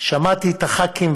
שמעתי את הח"כים,